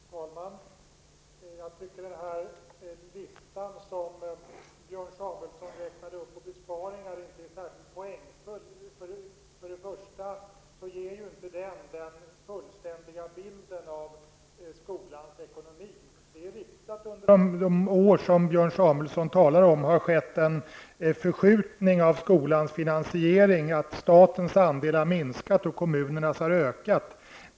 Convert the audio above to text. Herr talman! Jag tycker inte att den lista på besparingar som Björn Samuelson redovisade är särskilt poängfull. Den ger för det första inte den fullständiga bilden av skolans ekonomi. Det är riktigt att det under de år som Björn Samuelson talar om har skett en förskjutning av skolans finansiering på så sätt att statens andel har minskat och kommunernas har ökat.